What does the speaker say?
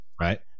Right